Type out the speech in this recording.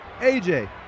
aj